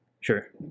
Sure